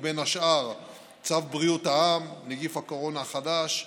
ובין השאר צו בריאות העם (נגיף הקורונה החדש)